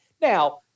Now